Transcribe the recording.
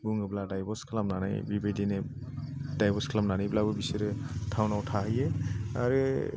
बुङोब्ला दाइभर्स खालामनानै बेबायदिनो दाइभर्स खालामनानैब्लाबो बिसोरो टाउन आव थाहैयो आरो